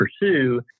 pursue